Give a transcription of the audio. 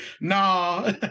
No